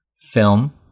film